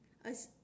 I s~